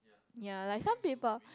ya like some people